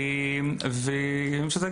שזה,